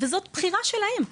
זו הייתה הבחירה שלהם.